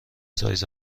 سایز